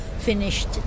finished